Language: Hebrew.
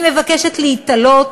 אני מבקשת להיתלות